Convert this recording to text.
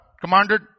commanded